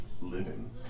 living